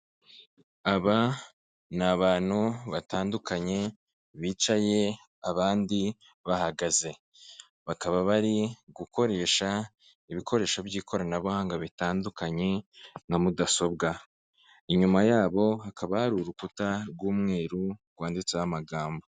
Aba ni abantu batandukanye bicaye abandi bahagaze, bakaba bari gukoresha ibikoresho by'ikoranabuhanga bitandukanye nka mudasobwa, inyuma yabo hakaba hari urukuta rw'umweru rwanditseho amagambo.